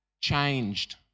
changed